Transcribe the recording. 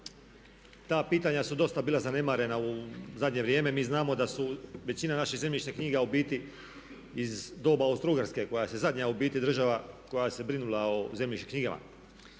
Ta pitanja su dosta bila zanemarena u zadnje vrijeme. Mi znamo da su većina naših zemljišnih knjiga ubiti iz doba Austro-Ugarske klase, zadnja u biti država koja se brinula o zemljišnim knjigama.